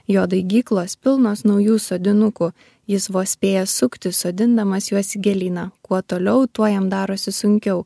jo daigyklos pilnos naujų sodinukų jis vos spėja suktis sodindamas juos į gėlyną kuo toliau tuo jam darosi sunkiau